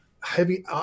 heavy